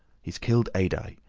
he's killed adye.